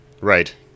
right